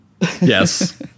yes